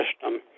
System